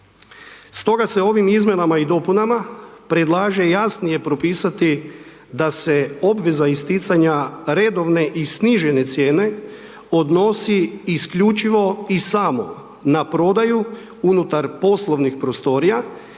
Stoga, se ovim izmjenama i dopunama, predlaže jasnije propisati, da se obveza isticanja redovne i snižene cijene odnosi isključivo i samo na prodaju unutar poslovnih prostorija,